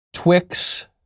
Twix